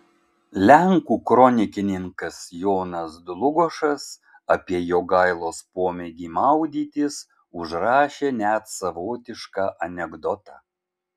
lenkų kronikininkas jonas dlugošas apie jogailos pomėgį maudytis užrašė net savotišką anekdotą